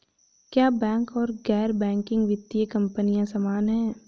क्या बैंक और गैर बैंकिंग वित्तीय कंपनियां समान हैं?